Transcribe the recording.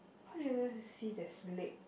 how do you even see there's leg